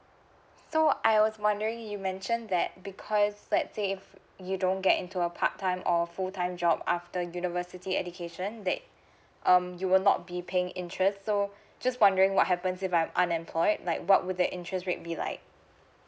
so I was wondering you mentioned that because let's say if you don't get into a part time or full time job after university education that um you will not be paying interest so just wondering what happens if I'm unemployed like what would the interest rate be like